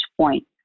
point